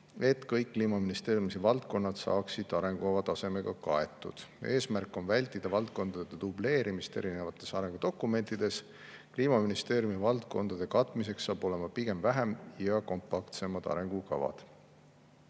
et kõik Kliimaministeeriumi valdkonnad saaksid arengukava tasemega kaetud. Eesmärk on vältida valdkondade dubleerimist erinevates arengudokumentides. Kliimaministeeriumi valdkondade katmiseks [tehakse] pigem vähem ja kompaktsemaid arengukavasid.